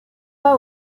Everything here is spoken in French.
pas